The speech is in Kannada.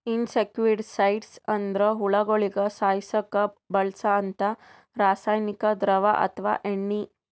ಇನ್ಸೆಕ್ಟಿಸೈಡ್ಸ್ ಅಂದ್ರ ಹುಳಗೋಳಿಗ ಸಾಯಸಕ್ಕ್ ಬಳ್ಸಂಥಾ ರಾಸಾನಿಕ್ ದ್ರವ ಅಥವಾ ಎಣ್ಣಿ